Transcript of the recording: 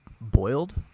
boiled